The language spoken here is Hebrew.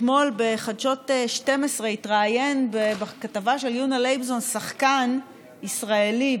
אתמול בחדשות 12 התראיין בכתבה של יונה לייבזון שחקן ישראלי בברודווי,